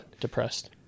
depressed